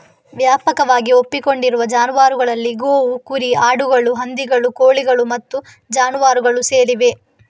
ವ್ಯಾಪಕವಾಗಿ ಒಪ್ಪಿಕೊಂಡಿರುವ ಜಾನುವಾರುಗಳಲ್ಲಿ ಗೋವು, ಕುರಿ, ಆಡುಗಳು, ಹಂದಿಗಳು, ಕೋಳಿಗಳು ಮತ್ತು ಜಾನುವಾರುಗಳು ಸೇರಿವೆ